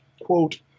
quote